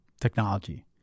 technology